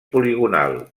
poligonal